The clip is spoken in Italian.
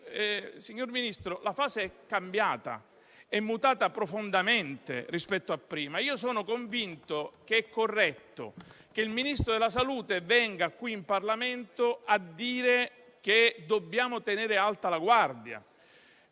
signor Ministro, la fase è cambiata, è mutata profondamente rispetto a prima. Sono convinto che sia corretto che il Ministro della salute intervenga qui in Parlamento per dire che dobbiamo tenere alta la guardia;